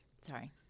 Sorry